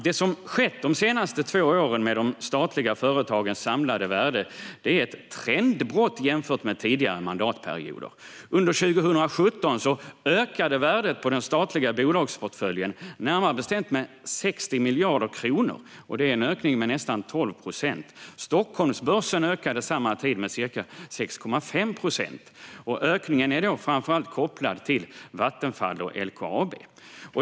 Det som har skett de senaste två åren med de statliga företagens samlade värde är ett trendbrott jämfört med tidigare mandatperioder. Under 2017 ökade värdet på den statliga bolagsportföljen, närmare bestämt med ca 60 miljarder kronor, vilket är en ökning med nästan 12 procent. Stockholmsbörsen har under samma tid ökat med ca 6,5 procent. Ökningen är framförallt kopplad till Vattenfall och LKAB.